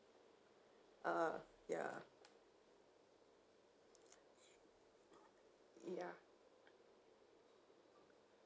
uh ya ya